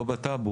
לא בטאבו,